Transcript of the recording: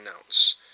announce